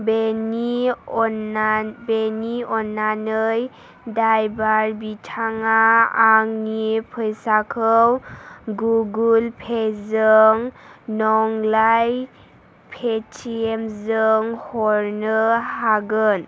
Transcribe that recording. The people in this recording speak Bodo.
बेनि अनना बेनि अननानै द्राइभार बिथाङा आंनि फैसाखौ गुगल फे जों नंलाय फेथिएमजों हरनो हागोन